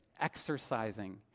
exercising